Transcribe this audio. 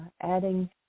adding